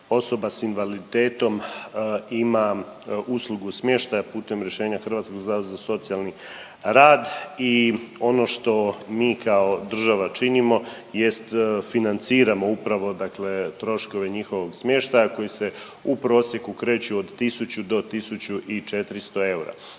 osoba s invaliditetom ima uslugu smještaja putem rješenja Hrvatskog zavoda za socijalni rad i ono što mi kao država činimo jest financiramo upravo dakle troškove njihovog smještaja koji se u prosjeku kreću od 1000 do 1400 eura.